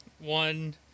One